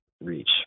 reach